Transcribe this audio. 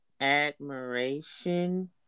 admiration